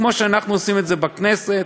כמו שאנחנו עושים בכנסת,